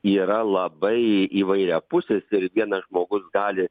yra labai įvairiapusis ir vienas žmogus gali